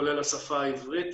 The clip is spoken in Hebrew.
כולל השפה העברית,